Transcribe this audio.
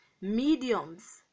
mediums